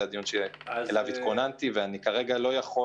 זה הנושא שאליו התכוננתי ואני כרגע לא יכול